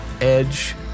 edge